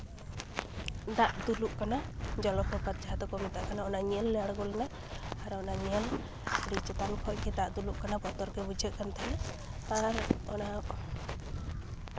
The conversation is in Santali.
ᱫᱟᱜ ᱫᱩᱞᱩᱜ ᱠᱟᱱᱟ ᱡᱚᱞᱚ ᱯᱨᱚᱯᱟᱛ ᱡᱟᱦᱟᱸ ᱫᱚᱠᱚ ᱢᱮᱛᱟᱜ ᱠᱟᱱᱟ ᱚᱱᱟᱧ ᱧᱮᱞ ᱟᱬᱜᱚ ᱞᱮᱱᱟ ᱟᱨ ᱚᱱᱟ ᱧᱮᱞ ᱟᱹᱰᱤ ᱪᱮᱛᱟᱱ ᱠᱷᱚᱡ ᱜᱮ ᱫᱟᱜ ᱫᱩᱞᱩᱜ ᱠᱟᱱᱟ ᱵᱚᱛᱚᱨ ᱜᱮ ᱵᱩᱡᱷᱟᱹᱜ ᱠᱟᱱ ᱛᱟᱦᱮᱸᱜ ᱟᱨ ᱚᱱᱟ